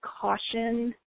caution